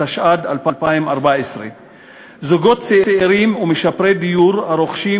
התשע"ד 2014. זוגות צעירים ומשפרי דיור הרוכשים